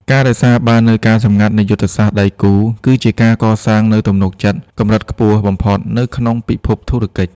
ការរក្សាបាននូវ "ការសម្ងាត់នៃយុទ្ធសាស្ត្រដៃគូ" គឺជាការកសាងនូវទំនុកចិត្តកម្រិតខ្ពស់បំផុតនៅក្នុងពិភពធុរកិច្ច។